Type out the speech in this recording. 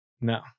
No